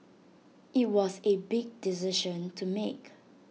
IT was A big decision to make